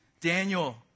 Daniel